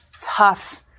tough